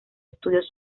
estudios